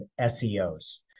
SEOs